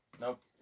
Nope